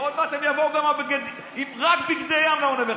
ועוד מעט הם יבואו רק עם בגדי ים לאוניברסיטה.